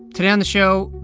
today on the show,